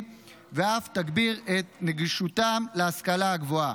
ואף תגביר את נגישותם להשכלה הגבוהה.